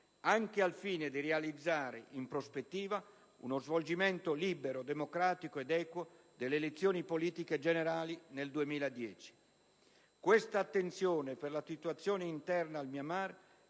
anche al fine di realizzare, in prospettiva, uno svolgimento libero, democratico ed equo delle elezioni politiche generali nel 2010. Questa attenzione per la situazione interna al Myanmar